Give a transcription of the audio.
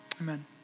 amen